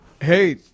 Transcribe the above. hey